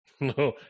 No